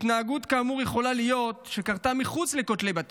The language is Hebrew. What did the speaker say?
התנהגות כאמור יכול להיות שקרתה מחוץ לכותלי בית